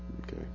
Okay